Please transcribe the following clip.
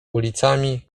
ulicami